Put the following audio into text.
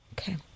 Okay